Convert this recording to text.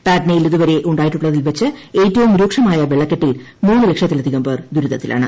പാറ്റ്നയിൽ ഇതുവരെ ഉണ്ടായിട്ടുള്ളതിൽ വച്ച് ഏറ്റവും രൂക്ഷമായ വെള്ളക്കെട്ടിൽ മൂന്ന് ലക്ഷത്തിലധികം പേർ ദുരിതത്തിലാണ്